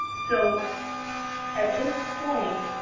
so at this point,